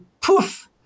poof